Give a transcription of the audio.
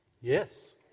Yes